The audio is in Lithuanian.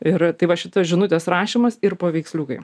ir tai va šitos žinutės rašymas ir paveiksliukai